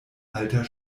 alter